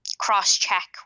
cross-check